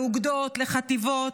לאוגדות, לחטיבות.